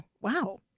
Wow